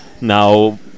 now